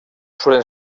suelen